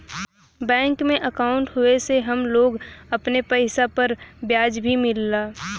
bank में अंकाउट होये से हम लोग अपने पइसा पर ब्याज भी मिलला